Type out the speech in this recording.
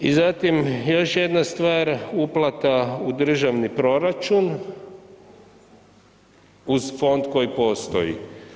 I zatim još jedna stvar, uplata u državni proračun uz fond koji postoji.